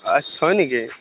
আ হয় নেকি